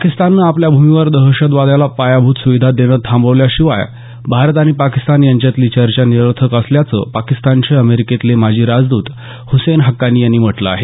पाकिस्ताननं आपल्या भूमीवर दहशतवादाला पायाभूत सुविधा देणं थांबवल्याशिवाय भारत आणि पाकिस्तान यांच्यातली चर्चा निरर्थक असल्याचं पाकिस्तानचे अमेरीकेतले माजी राजदूत हुसेन हक्कानी यांनी म्हटलं आहे